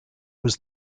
was